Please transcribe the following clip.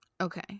Okay